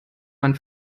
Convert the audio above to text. man